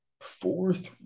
fourth